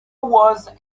was